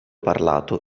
parlato